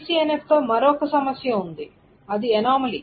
BCNFతో మరో సమస్య ఉంది అది అనామలీ